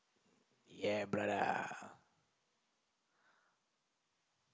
ya brother